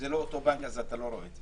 אם זה לא אותו בנק אז אתה לא רואה את זה.